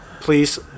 please